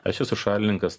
aš esu šalininkas